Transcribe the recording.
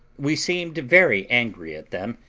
we seemed very angry at them,